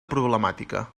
problemàtica